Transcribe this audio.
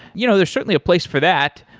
you know there's certainly a place for that,